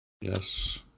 Yes